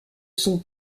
son